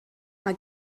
mae